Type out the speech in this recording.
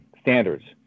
standards